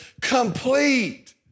complete